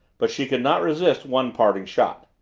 but she could not resist one parting shot.